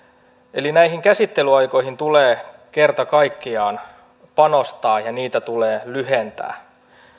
eli näihin käsittelyaikoihin tulee kerta kaikkiaan panostaa ja niitä tulee lyhentää